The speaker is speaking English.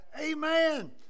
Amen